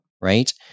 right